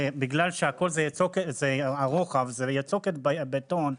בגלל שהרוחב הוא יצוקת בטון,